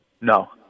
No